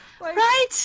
right